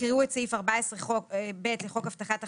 יקראו את סעיף 14ב לחוק הבטחת הכנסה,